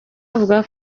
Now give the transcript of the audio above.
avuga